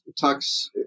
talks